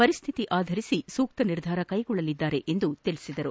ಪರಿಸ್ತಿತಿ ಆಧರಿಸಿ ಸೂಕ್ತ ನಿರ್ಧಾರ ಕೈಗೊಳ್ಳಲಿದ್ದಾರೆಂದು ತಿಳಿಸಿದರು